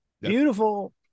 Beautiful